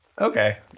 Okay